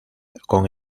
con